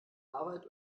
arbeit